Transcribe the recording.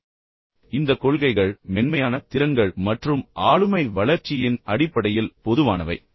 இப்போது இந்த கொள்கைகளில் சிலவற்றைப் பார்ப்போம் இருப்பினும் அவை மென்மையான திறன்கள் மற்றும் ஆளுமை வளர்ச்சியின் அடிப்படையில் பொதுவானவை